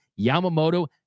Yamamoto